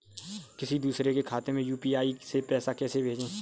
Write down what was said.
किसी दूसरे के खाते में यू.पी.आई से पैसा कैसे भेजें?